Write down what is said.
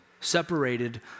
separated